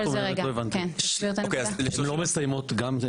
הן לא מסיימות?